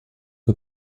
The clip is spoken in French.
que